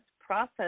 process